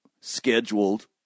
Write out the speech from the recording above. scheduled